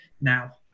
now